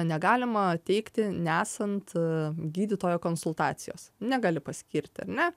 negalima teikti nesant gydytojo konsultacijos negali paskirti ar ne